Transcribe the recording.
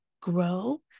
grow